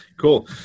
Cool